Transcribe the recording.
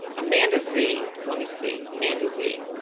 amanda zee let me see amanda zee